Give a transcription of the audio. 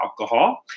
alcohol